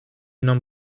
nam